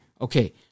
Okay